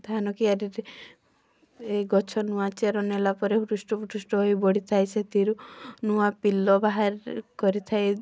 ଧାନ କିଆରୀରେ ଗଛ ନୂଆ ଚେର ନେଲା ପରେ ହୃଷ୍ଟପୃଷ୍ଟ ହୋଇ ବଢ଼ିଥାଏ ସେଥିରୁ ନୂଆ ପିଲ ବାହାର କରିଥାଏ